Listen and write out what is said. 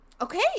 Okay